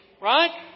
right